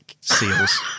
seals